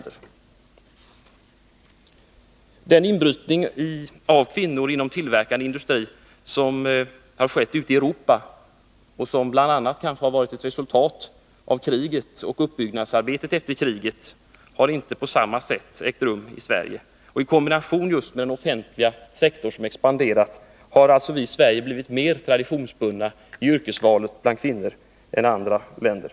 En inbrytning av kvinnor inom tillverkande industri av den typ som ägt rum ute i Europa och som kanske bl.a. var ett resultat av världskriget och uppbyggnadsarbetet efter detta har inte i motsvarande utsträckning förekommit i Sverige. Samtidigt som den offentliga sektorn expanderat har vi i Sverige alltså fått en större traditionsbundenhet när det gäller kvinnors yrkesval än vad fallet är i andra länder.